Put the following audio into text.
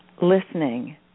listening